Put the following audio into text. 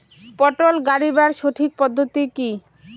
পটল গারিবার সঠিক পদ্ধতি কি?